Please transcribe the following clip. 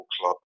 club